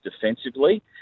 defensively